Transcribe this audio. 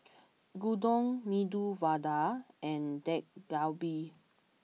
Gyudon Medu Vada and Dak Galbi